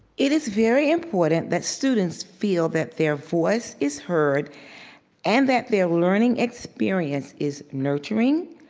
it is very important that students feel that their voice is heard and that their learning experience is nurturing,